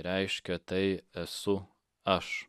reiškia tai esu aš